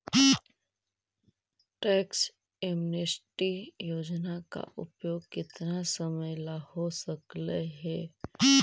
tax amnesty योजना का उपयोग केतना समयला हो सकलई हे